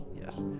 yes